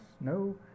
no